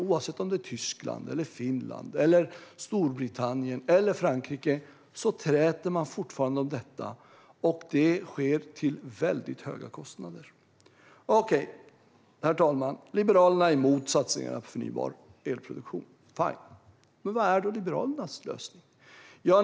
Oavsett om det är i Tyskland, i Finland, i Storbritannien eller i Frankrike träter man fortfarande om detta, och det sker till väldigt höga kostnader. Herr talman! Okej, Liberalerna är emot satsningarna på förnybar elproduktion, fine! Men vad är då Liberalernas lösning?